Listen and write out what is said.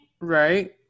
right